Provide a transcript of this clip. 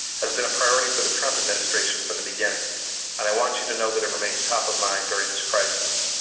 has been a priority for the trump administration from the beginning and i want you to know that it remains top of mind during this crisis.